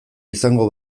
izango